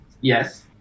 yes